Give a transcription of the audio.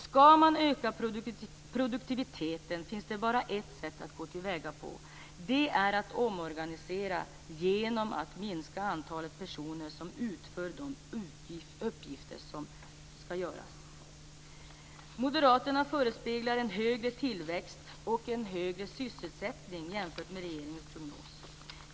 Skall man öka produktiviteten finns det bara ett sätt att gå till väga på, och det är att omorganisera genom att minska antalet personer som utför de uppgifter som skall utföras. Moderaterna förespeglar en högre tillväxt och en högre sysselsättning jämfört med regeringens prognos.